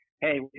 hey